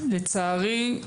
לצערי,